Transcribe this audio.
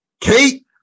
Kate